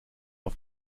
auf